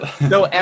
No